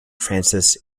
frances